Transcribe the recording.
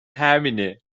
همینه